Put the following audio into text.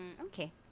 Okay